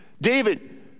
David